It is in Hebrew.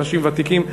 אנשים ותיקים,